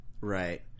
Right